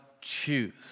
choose